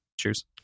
Cheers